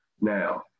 now